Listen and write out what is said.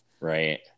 Right